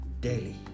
daily